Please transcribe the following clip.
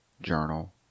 Journal